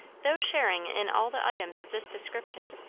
though sharing in all the items of this description,